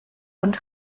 und